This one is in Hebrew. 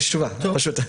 יש תשובה.